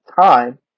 time